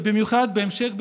ובייחוד בהמשך,